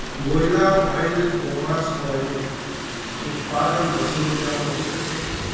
voilà olive pomace oil ઉત્પાદન બસો રૂપિયામાં મળી શકશે